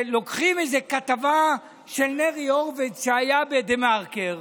שלוקחים איזו כתבה של נרי הורוביץ שהייתה ב"דה מרקר"